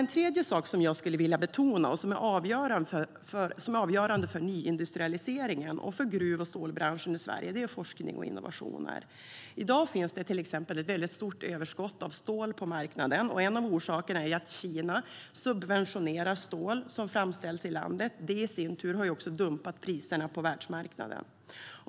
En tredje sak som jag skulle vilja betona och som är avgörande för nyindustrialiseringen och gruv och stålbranschen i Sverige är forskning och innovationer. I dag finns till exempel ett stort överskott av stål på marknaden. En av orsakerna är att Kina subventionerar stål som framställs i landet. Det har i sin tur dumpat priserna på världsmarknaden.